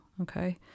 okay